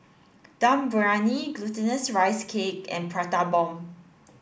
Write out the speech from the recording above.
Dum Briyani glutinous rice cake and prata bomb